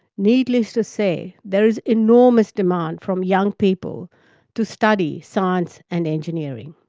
needless to say, there is enormous demand from young people to study science and engineering.